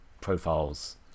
profiles